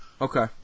Okay